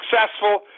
successful